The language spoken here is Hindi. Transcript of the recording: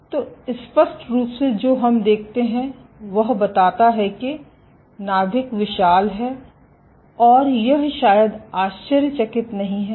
तो स्पष्ट रूप से जो हम देखते हैं वह बताता है कि नाभिक विशाल है और यह शायद आश्चर्यचकित नहीं है